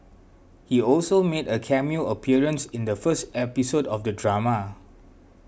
he also made a cameo appearance in the first episode of the drama